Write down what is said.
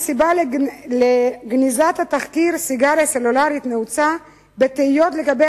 הסיבה לגניזת התחקיר "סיגריה סלולרית" נעוצה בתהיות לגבי